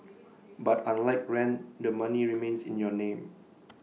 but unlike rent the money remains in your name